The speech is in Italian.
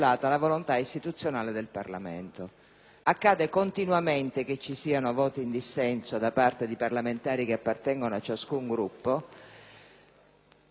Accade continuamente che ci siano voti in dissenso da parte di parlamentari che appartengono a ciascun Gruppo, e ce ne saranno su questo provvedimento.